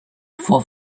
for